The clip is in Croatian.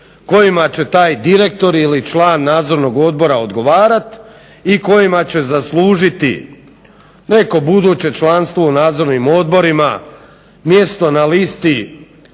kojima će taj direktor ili član nadzornog odbora odgovarati i kojima će zaslužiti neko buduće članstvo u nadzornim odborima, mjesto na listi